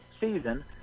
season